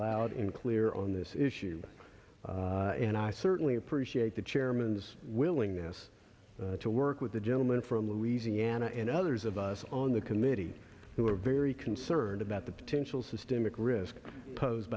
loud and clear on this issue and i certainly appreciate the chairman's willingness to work with the gentleman from louisiana and others of us on the committee who are very concerned about the potential systemic risk posed